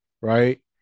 right